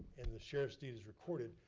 and the sheriff's deed is recorded.